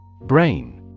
Brain